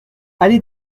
allée